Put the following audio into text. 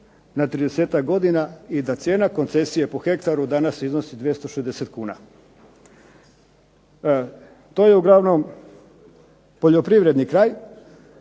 na 30-ak godina i da cijena koncesije po hektaru danas iznosi 260 kuna. To je uglavnom poljoprivredni kraj